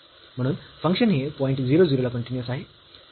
म्हणून फंक्शन हे पॉईंट 0 0 ला कन्टीन्यूअस आहे